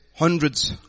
Hundreds